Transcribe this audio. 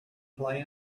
play